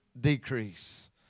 decrease